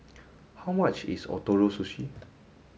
how much is Ootoro Sushi